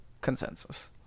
Consensus